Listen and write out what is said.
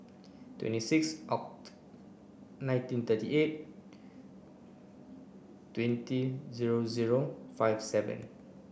twenty six Oct nineteen thirty eight twenty zero zero five seven